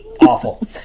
awful